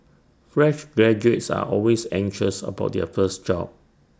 fresh graduates are always anxious about their first job